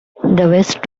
west